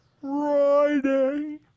Friday